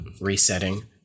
resetting